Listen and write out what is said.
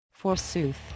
Forsooth